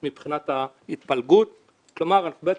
אתם רוצים לתת להן --- נשים שעובדות בתחום,